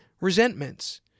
resentments